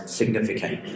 significant